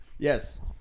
Yes